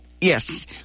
Yes